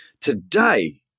today